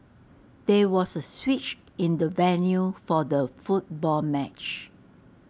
there was A switch in the venue for the football match